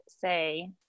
say